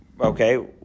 okay